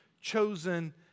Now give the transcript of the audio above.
chosen